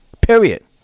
Period